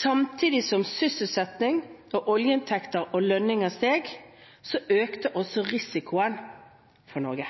Samtidig som sysselsetting, oljeinntekter og lønninger steg, økte også risikoen for Norge.